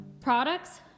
products